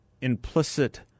implicit